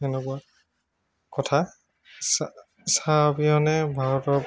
এনেকুৱা কথা চা চাহ অবিহনে ভাৰতৰ